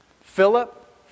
Philip